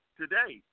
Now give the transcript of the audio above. today